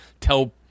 tell